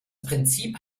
prinzip